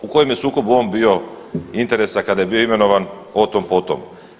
U kojem je sukobu on bio interesa, kad je bio imenovan, o tom-potom.